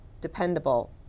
dependable